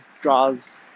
draws